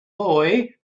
boy